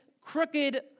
crooked